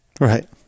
Right